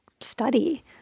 study